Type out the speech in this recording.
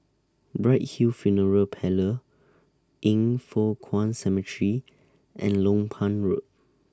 Bright Hill Funeral Parlour Yin Foh Kuan Cemetery and Lompang Road